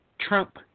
Trump